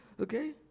Okay